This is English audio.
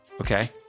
Okay